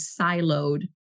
siloed